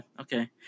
okay